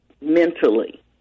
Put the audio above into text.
mentally